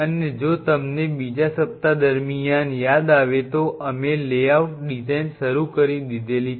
અને જો તમને બીજા સપ્તાહ દરમિયાન યાદ આવે તો અમે લેઆઉટ ડિઝાઇન શરૂ કરી દીધેલી છે